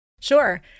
Sure